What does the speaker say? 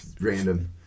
random